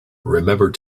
remember